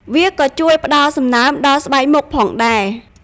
វាក៏ជួយ ផ្ដល់សំណើមដល់ស្បែកមុខ ផងដែរ។